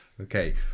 Okay